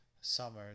Summer